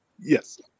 Yes